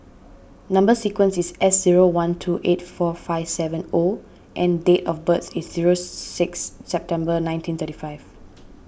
Number Sequence is S zero one two eight four five seven O and date of birth is zero six September nineteen thirty five